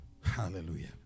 Hallelujah